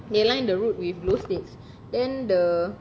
they line the route with glow sticks then the